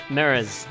Mirrors